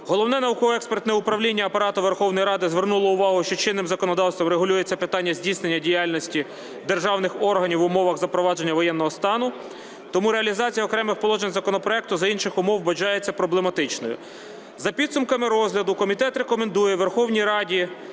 Головне науково-експертне управління Апарату Верховної Ради звернуло увагу, що чинним законодавством регулюється питання здійснення діяльності державних органів в умовах запровадження воєнного стану, тому реалізація окремих положень законопроекту за інших умов вважається проблематичною. За підсумками розгляду комітет рекомендує Верховній Раді